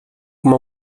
uma